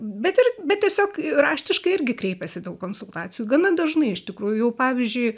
bet ir bet tiesiog raštiškai irgi kreipiasi dėl konsultacijų gana dažnai iš tikrųjų jau pavyzdžiui